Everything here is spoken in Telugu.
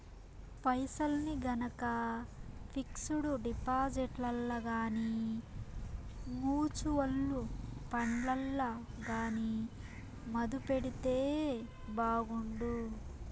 పైసల్ని గనక పిక్సుడు డిపాజిట్లల్ల గానీ, మూచువల్లు ఫండ్లల్ల గానీ మదుపెడితే బాగుండు